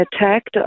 attacked